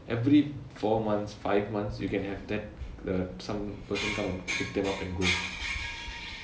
every four months five months you can have that the some person come and pick them up and go